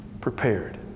prepared